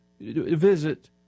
visit